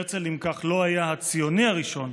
הרצל, אם כך, לא היה הציוני הראשון,